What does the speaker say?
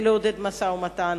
זה לעודד משא-ומתן,